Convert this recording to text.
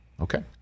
Okay